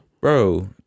Bro